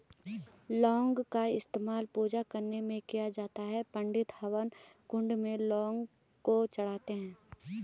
लौंग का इस्तेमाल पूजा करने में भी किया जाता है पंडित हवन कुंड में लौंग को चढ़ाते हैं